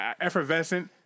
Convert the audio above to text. effervescent